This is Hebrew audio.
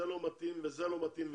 זה לא מתאים וזה לא מתאים.